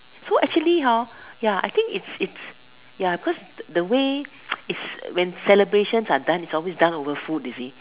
so actually ya I think it's it's ya cause the way it's when celebrations are done it's always done over food you see